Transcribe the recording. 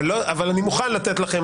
אבל אני מוכן לתת לכם,